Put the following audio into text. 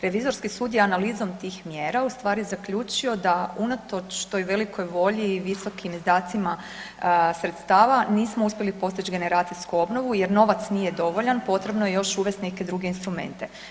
Revizorski sud je analizom tih mjera u stvari zaključio da unatoč toj velikoj volji i visokim izdacima sredstava nismo uspjeli postići generacijsku obnovu jer novac nije dovoljan potrebno je još uvesti neke druge instrumente.